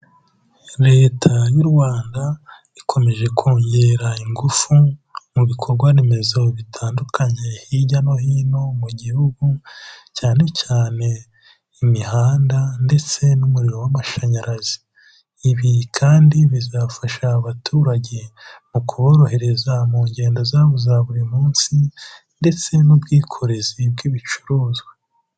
Leta y'u Rwanda ikomeje kongera ingufu mu bikorwa remezo bitandukanye hirya no hino mu gihugu, cyane cyane imihanda ndetse n'umuriro w'amashanyarazi. Ibi kandi bizafasha abaturage mu kuborohereza mu ngendo zabo za buri munsi ndetse n'ubwikorezi bw'ibicuruzwa.